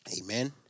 Amen